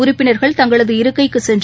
உறுப்பினர்கள் தங்களது இருக்கைக்குசென்று